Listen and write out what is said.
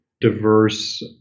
diverse